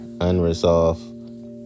unresolved